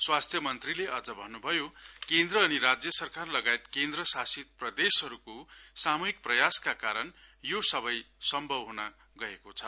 स्वास्थ्य मन्त्रीले अझ भन्न भयो केन्द्र अनि राज्य सरकार लगायत केन्द्र शाषित प्रदेशहरुको सामूहिक प्रयासका कारण यो सबै सम्भव भएको हो